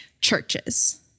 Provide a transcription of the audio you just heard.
churches